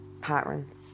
patterns